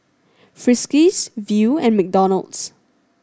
Friskies Viu and McDonald's